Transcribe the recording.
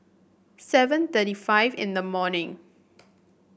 seven thirty five in the morning